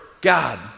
God